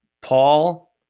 Paul